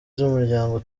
z’umuryango